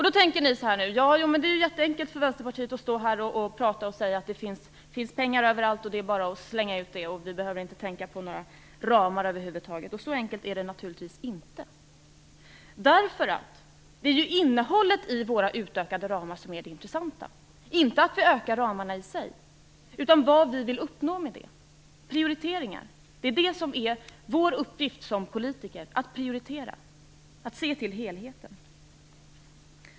Då tänker ni att det är enkelt för Vänsterpartiet att slänga ut pengar utan att över huvud taget behöva tänka på några ramar. Så enkelt är det naturligtvis inte. Det är innehållet i våra utökade ramar som är det intressanta. Det intressanta är inte att vi ökar ramarna, utan vad vi vill uppnå med det. Vår uppgift som politiker är att prioritera och se till helheten.